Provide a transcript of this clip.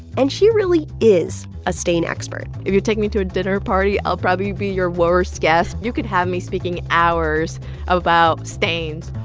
and she really is a stain expert if you take me to a dinner party, i'll probably be your worst guest. you could have me speaking hours about stains,